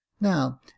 Now